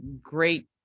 great